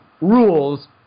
rules